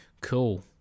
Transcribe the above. Cool